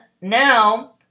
now